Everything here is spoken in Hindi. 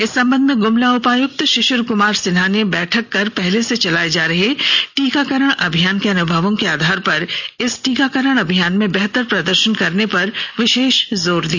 इस संबंध में गुमला उपायुक्त शिशिर कुमार सिन्हा ने बैठक कर पहले से चलाए जा रहे टीकाकरण अभियान के अनुभवों के आधार पर इस ्टीकाकरण अभियान में बेहतर प्रदर्शन करने पर विशेष जोर दिया